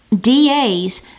DAs